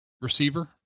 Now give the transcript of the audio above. receiver